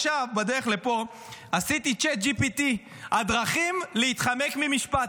עכשיו בדרך לפה עשיתי ChatGPT: הדרכים להתחמק ממשפט.